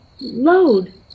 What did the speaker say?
load